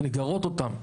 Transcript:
לגרות אותם.